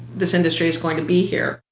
this industry is going to be here,